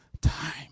time